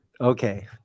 Okay